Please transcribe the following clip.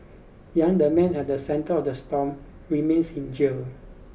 Yang the man at the centre of the storm remains in jail